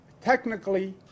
Technically